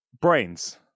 brains